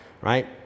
right